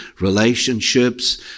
relationships